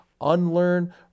unlearn